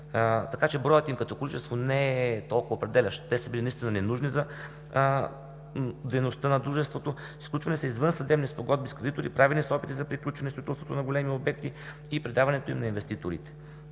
така че броят им като количество не е толкова определящ. Те са били наистина ненужни за дейността на Дружеството, сключвани са извън съдебни спогодби с кредитори, правени са опити за приключване строителството на големи обекти и предаването им на инвеститорите.